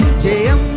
jail